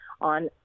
on